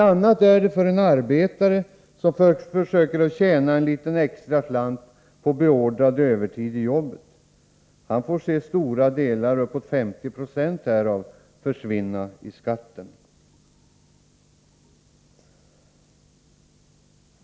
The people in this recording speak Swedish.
Annat är det för en arbetare som försöker tjäna en liten extra slant på beordrad övertid i jobbet. Han får se stora delar därav, uppåt 50 96, försvinna i skatt. Fru talman!